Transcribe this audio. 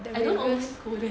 I don't always go there